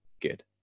good